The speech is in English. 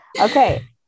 Okay